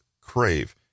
crave